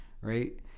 right